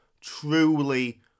truly